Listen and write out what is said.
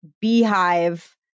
beehive